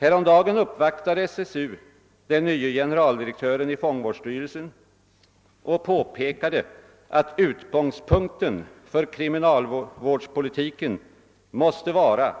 Häromdagen uppvaktade SSU den nye generaldirektören i fångvårdsstyrelsen och påpekade att utgångspunkten för kriminalvårdspolitiken måste vara